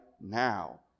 now